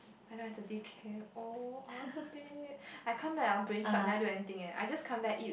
I nine thirty K O on the bed I come back I brain shut never do anything eh I just come back eat